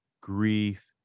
grief